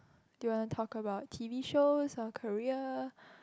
do you wanna talk about T_V shows or career